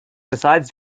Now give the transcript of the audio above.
besides